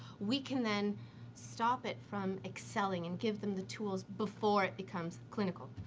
we can then stop it from excelling and give them the tools before it becomes clinical.